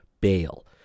bail